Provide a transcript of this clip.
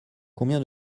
combien